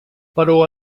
però